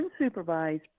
unsupervised